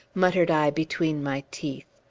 muttered i between my teeth.